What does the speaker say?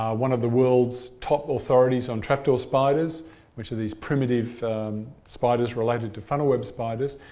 ah one of the world's top authorities on trapdoor spiders which are these primitive spiders related to funnel web spiders,